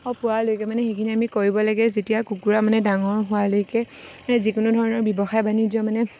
অঁ পোৱালৈকে মানে সেইখিনি আমি কৰিব লাগে যেতিয়া কুকুৰা মানে ডাঙৰ হোৱালৈকে যিকোনো ধৰণৰ ব্যৱসায় বাণিজ্য মানে